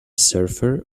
surfer